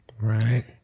Right